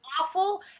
awful